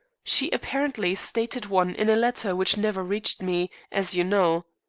she apparently stated one in a letter which never reached me, as you know.